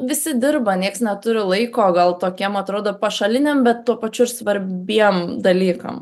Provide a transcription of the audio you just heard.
visi dirba nieks neturi laiko gal tokiem atrodo pašaliniam bet tuo pačiu ir svarbiem dalykam